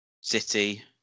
City